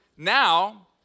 Now